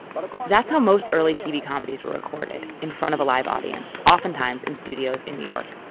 but that's how most early tv comedies were recorded, in front of a live audience, oftentimes in studios in new york.